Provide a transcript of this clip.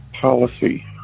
policy